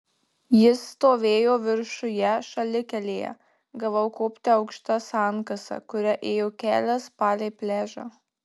jis stovėjo viršuje šalikelėje gavau kopti aukšta sankasa kuria ėjo kelias palei pliažą